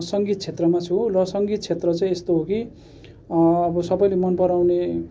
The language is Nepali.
सङ्गीत क्षेत्रमा छु र सङ्गीत क्षेत्र चाहिँ यस्तो हो कि अब सबैले मन पराउने